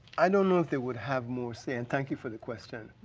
i don't know if they would have more say. and thank you for the question.